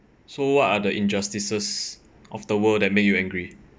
so what are the injustices of the world that make you angry